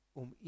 om